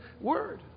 Word